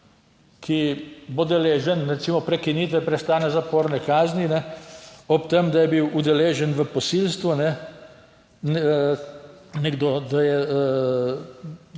ki bo deležen recimo prekinitve prestajanja zaporne kazni ob tem, da je bil udeležen v posilstvu, nekdo, da je